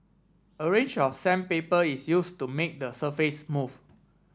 a range of sandpaper is use to make the surface smooth